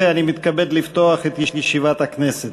12 ביוני 2013. אני מתכבד לפתוח את ישיבת הכנסת.